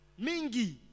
Mingi